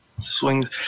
Swings